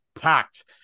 packed